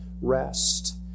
rest